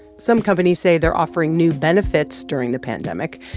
some companies say they're offering new benefits during the pandemic,